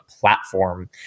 platform